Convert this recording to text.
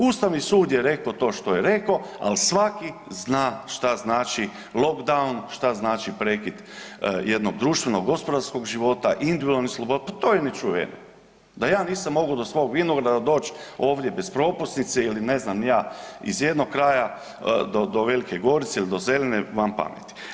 Ustavni sud je reko to što je reko, al svaki zna šta znači lockdown, šta znači prekid jednog društvenog gospodarskog života, individualnih sloboda, pa to je nečuveno, da ja nisam mogo do svog vinograda doć ovdje bez propusnice ili ne znam ni ja iz jednog kraja do, do Velike Gorice ili do Zeline, van pameti.